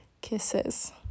kisses